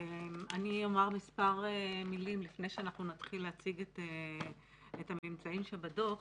אני אומר מספר מילים לפני שאנחנו נתחיל להציג את הממצאים שבדוח.